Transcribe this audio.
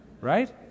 Right